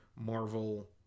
marvel